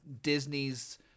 Disney's